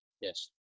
Yes